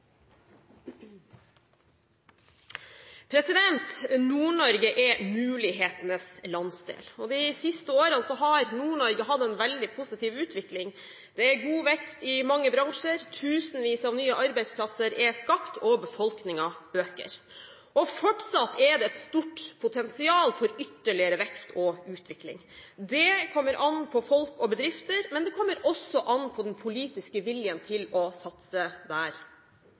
hovedspørsmål. Nord-Norge er mulighetenes landsdel. De siste årene har Nord-Norge hatt en veldig positiv utvikling. Det er god vekst i mange bransjer, tusenvis av nye arbeidsplasser er skapt, og befolkningen øker. Fortsatt er det et stort potensial for ytterligere vekst og utvikling. Det kommer an på folk og bedrifter, men det kommer også an på den politiske viljen til å satse der.